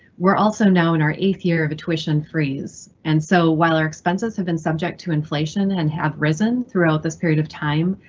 we're also now in our eighth year of a tuition freeze. and so while our expenses have been subject to inflation and have risen throughout this period of time,